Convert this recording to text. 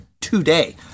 today